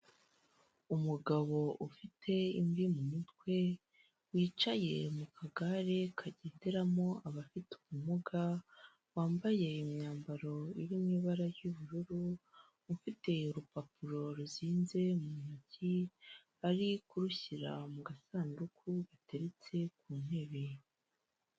Umugabo ufite imvi mu mutwe wicaye mu kagare kagenderamo abafite ubumuga, wambaye imyambaro yo mu ibara ry'ubururu, ufite urupapuro ruzinze mu ntoki ari kurushyira mu gasanduku gateretse ku ntebe.